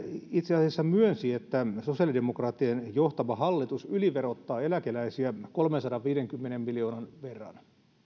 itse asiassa myönsi että sosiaalidemokraattien johtama hallitus yliverottaa eläkeläisiä kolmensadanviidenkymmenen miljoonan verran